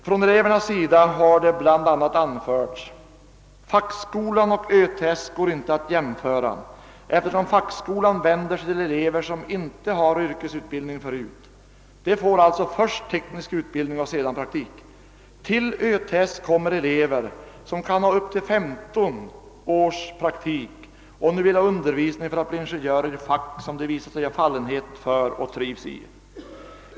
Från elevernas sida har bl.a. anförts att fackskolan och ÖTS inte går att jämföra, eftersom fackskolan vänder sig till elever som inte har yrkesutbildning förut — de får alltså först teknisk utbildning och sedan praktik. Till ÖTS kommer elever som kan ha upp till femton års praktik och nu vill ha undervisning för att bli ingenjörer i fack som de visat sig ha fallenhet för och trivs i.